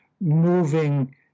moving